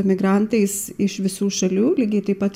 emigrantais iš visų šalių lygiai taip pat